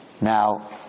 Now